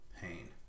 pain